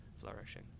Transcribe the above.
flourishing